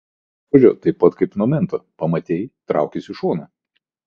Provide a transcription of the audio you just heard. nuo ožio taip pat kaip nuo mento pamatei traukis į šoną